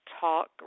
Talk